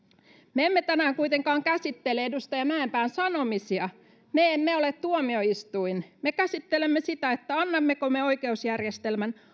me emme tänään kuitenkaan käsittele edustaja mäenpään sanomisia me emme ole tuomioistuin me käsittelemme sitä annammeko me oikeusjärjestelmän